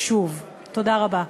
תודה רבה.